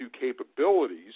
capabilities